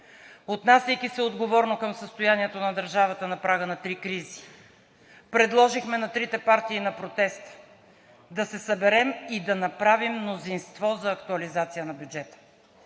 отнасяйки се отговорно към състоянието на държавата на прага на три кризи, предложихме на трите партии на протеста да се съберем и да направим мнозинство за актуализация на бюджета.